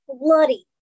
bloody